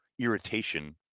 irritation